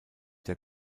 der